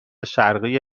شرقی